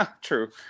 True